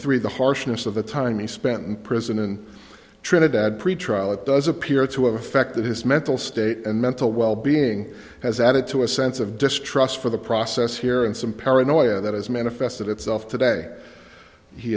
three the harshness of the time he spent in prison in trinidad pretrial it does appear to have affected his mental state and mental well being has added to a sense of distrust for the process here and some paranoia that has manifested itself today he